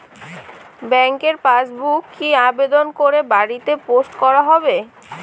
ব্যাংকের পাসবুক কি আবেদন করে বাড়িতে পোস্ট করা হবে?